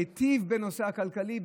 להיטיב בנושא הכלכלי,